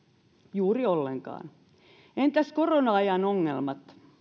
juuri ollenkaan entäs korona ajan ongelmat